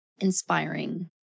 inspiring